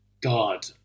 God